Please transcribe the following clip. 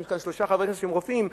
ויש כאן שלושה חברים שהם רופאים,